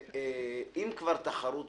ואם כבר מייצרים תחרות,